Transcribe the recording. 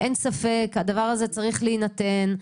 אין ספק שהדבר הזה צריך להינתן.